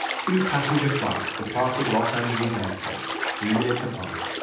two passenger flights departed los angeles airport, three minutes apart.